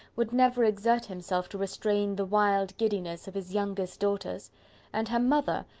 would never exert himself to restrain the wild giddiness of his youngest daughters and her mother,